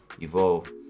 evolve